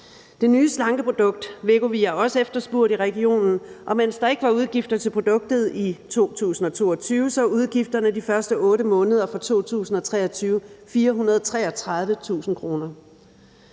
Det nye slankeprodukt Wegovy er også efterspurgt i regionen, og mens der ikke var udgifter til produktet i 2022, er udgifterne de første 8 måneder af 2023 på 433.000 kr.